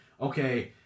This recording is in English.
okay